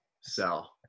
sell